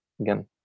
again